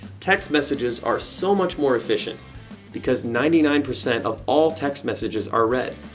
text messages are so much more efficient because ninety nine percent of all text messages are read.